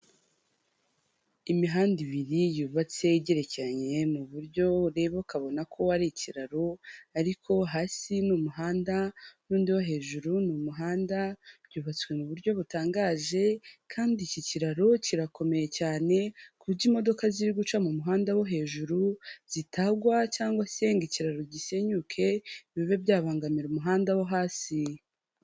Imihanda ibiri yubatse igerekeranye mu buryo ureba ukabona ko ari ikiraro, ariko hasi n'umuhanda, n'undi wo hejuru ni umuhanda. Byubatswe mu buryo butangaje, kandi iki kiraro kirakomeye cyane ku buryo imodoka ziriguca mu muhanda wo hejuru zitagwa cyangwa se ngo ikiraro gisenyuke bibe byabangamira umuhanda wo hasi.